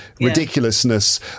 ridiculousness